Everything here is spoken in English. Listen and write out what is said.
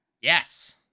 Yes